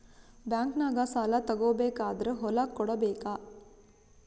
ಬ್ಯಾಂಕ್ನಾಗ ಸಾಲ ತಗೋ ಬೇಕಾದ್ರ್ ಹೊಲ ಕೊಡಬೇಕಾ?